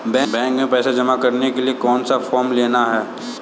Bank में पैसा जमा करने के लिए कौन सा फॉर्म लेना है?